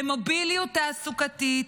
למוביליות תעסוקתית,